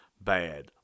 bad